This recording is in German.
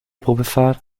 probefahrt